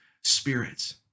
spirits